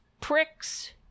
pricks